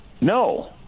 No